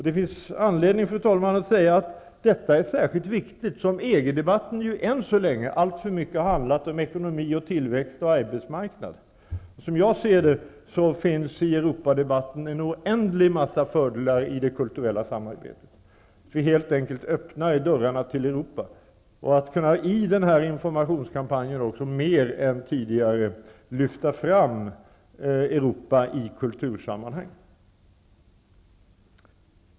Det finns anledning, fru talman, att säga att detta är särskilt viktigt som EG-debatten ju än så länge alltför mycket handlat om ekonomi, tillväxt och arbetsmarknad. Som jag ser det finns det i Europadebatten en oändlig mängd fördelar i det kulturella samarbetet. Vi öppnar helt enkelt dörrarna till Europa. Vi kommer att i denna informationskampanj mer än tidigare kunna lyfta fram Europa i kultursammanhang.